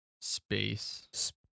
Space